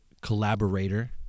collaborator